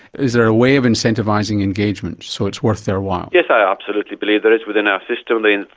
is there a way of incentivising engagement so it's worth their while? yes, i absolutely believe there is within our system the. and